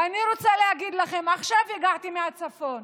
ואני רוצה להגיד לכם, עכשיו הגעתי מהצפון